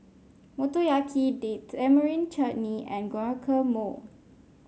Motoyaki Date Tamarind Chutney and Guacamole